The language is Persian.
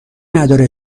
نداره